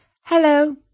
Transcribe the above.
Hello